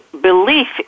belief